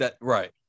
Right